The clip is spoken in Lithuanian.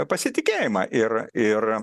pasitikėjimą ir ir